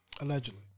allegedly